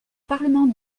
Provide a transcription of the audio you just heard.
parlement